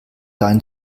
dein